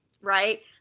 right